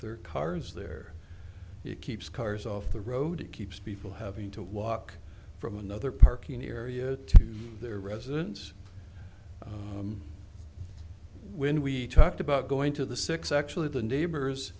their cars there it keeps cars off the road it keeps people having to walk from another parking area to their residence when we talked about going to the six actually the neighbors